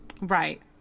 Right